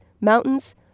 mountains